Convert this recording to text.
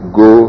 go